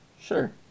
Sure